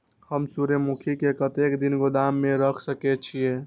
हम सूर्यमुखी के कतेक दिन गोदाम में रख सके छिए?